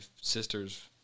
sisters